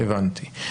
הבנתי,